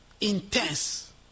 Intense